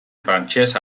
frantses